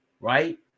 right